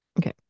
Okay